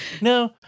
no